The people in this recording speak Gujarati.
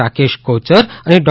રાકેશ કોચર અને ડો